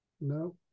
no